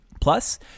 Plus